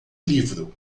livro